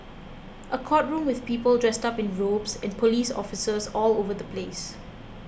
a courtroom with people dressed up in robes and police officers all over the place